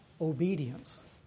obedience